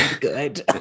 good